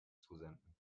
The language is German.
zusenden